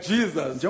Jesus